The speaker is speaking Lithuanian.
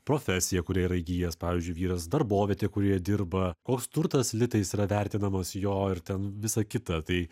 profesiją kurią yra įgijęs pavyzdžiui vyras darbovietę kurioje dirba koks turtas litais yra vertinamas jo ir ten visą kitą tai